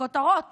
כותרות